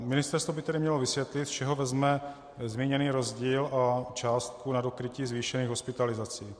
Ministerstvo by tedy mělo vysvětlit, z čeho vezme zmíněný rozdíl o částku na dokrytí zvýšených hospitalizací.